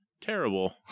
terrible